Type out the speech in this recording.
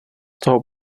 toho